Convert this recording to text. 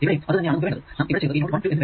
ഇവിടെയും അത് തന്നെ ആണ് നമുക്ക് വേണ്ടത്